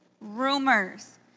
Rumors